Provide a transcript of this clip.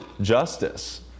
justice